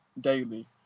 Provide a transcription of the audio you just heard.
daily